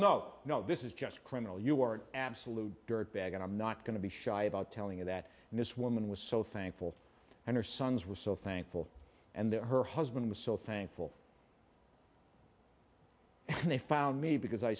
no no this is just criminal you are an absolute dirtbag and i'm not going to be shy about telling you that this woman was so thankful and her sons were so thankful and that her husband was so thankful they found me because i